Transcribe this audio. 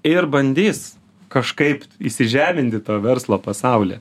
ir bandys kažkaip įsižeminti to verslo pasaulyje